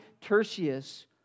Tertius